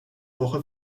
woche